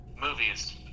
movies